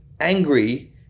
Angry